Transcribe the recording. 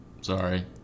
Sorry